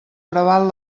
preval